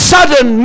Sudden